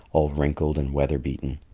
all wrinkled and weather-beaten,